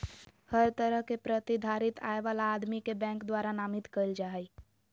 हर तरह के प्रतिधारित आय वाला आदमी के बैंक द्वारा नामित कईल जा हइ